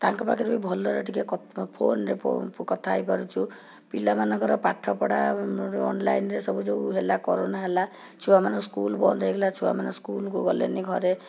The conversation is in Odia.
ତାଙ୍କ ପାଖରେ ବି ଭଲରେ ଟିକେ ଫୋନ୍ରେ ଫୋନ୍ କଥା ହେଇପାରୁଛୁ ପିଲାମାନଙ୍କର ପାଠ ପଢ଼ାରୁ ଅନ୍ଲାଇନ୍ରେ ସବୁ ଯେଉଁ ହେଲା କରୋନା ହେଲା ଛୁଆମାନଙ୍କ ସ୍କୁଲ୍ ବନ୍ଦ ହେଇଗଲା ଛୁଆମାନେ ସ୍କୁଲ୍କୁ ଗଲେନି ଘରେ